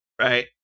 right